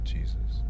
Jesus